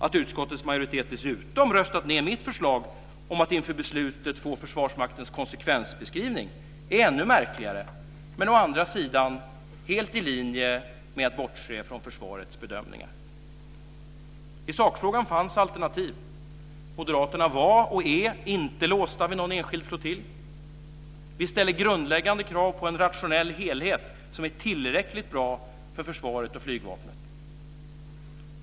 Att utskottets majoritet dessutom har röstat ned mitt förslag om att vi inför beslutet ska få Försvarsmaktens konsekvensbeskrivning är ännu märkligare men å andra sidan helt i linje med att man bortser från försvarets bedömningar. I sakfrågan fanns alternativ. Moderaterna var och är inte låsta vid någon enskild flottilj. Vi ställer grundläggande krav på en rationell helhet som är tillräckligt bra för försvaret och flygvapnet.